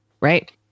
right